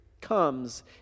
comes